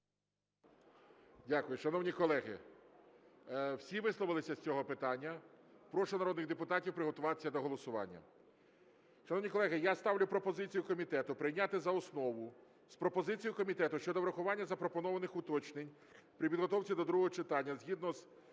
Дякую. Шановні колеги, всі висловилися з цього питання? Прошу народних депутатів приготуватися до голосування. Шановні колеги, я ставлю пропозицію комітету прийняти за основу з пропозицією комітету щодо врахування запропонованих уточнень при підготовці до другого читання, згідно з